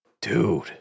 dude